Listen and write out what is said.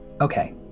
Okay